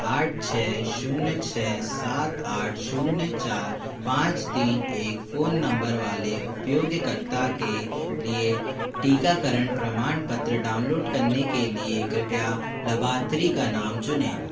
आठ छः जीरो छः सात आठ जीरो चार पाँच तीन एक फ़ोन नम्बर वाले उपयोगकर्ता के लिए टीकाकरण प्रमाणपत्र डाउनलोड करने के लिए कृपया लाभार्थी का नाम चुनें